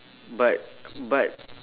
but but